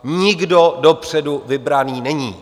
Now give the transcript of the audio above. Nikdo dopředu vybraný není.